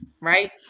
Right